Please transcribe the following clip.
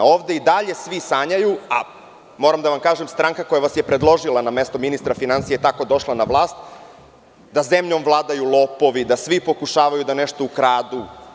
Ovde i dalje svi sanjaju, a moram da vam kažem, stranka koja vas je predložila na mesto ministra finansija je tako došla na vlast, da zemljom vladaju lopovi, da svi pokušavaju da nešto ukradu.